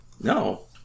No